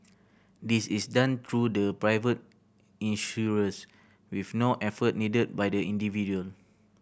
this is done through the private insurers with no effort needed by the individual